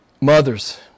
Mothers